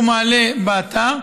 הוא מעלה באתר,